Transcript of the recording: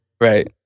Right